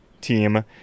team